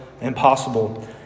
impossible